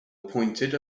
appointed